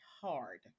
hard